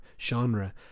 genre